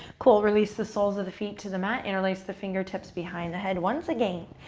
cool. release the soles of the feet to the mat. interlace the fingertips behind the head once again.